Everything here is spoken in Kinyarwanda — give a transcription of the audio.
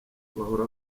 bahora